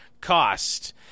cost